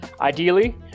Ideally